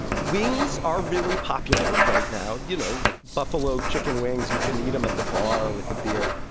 wings are really popular right now you know, like, buffalo chicken wings. you can eat them at the bar with a beer.